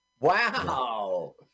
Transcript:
Wow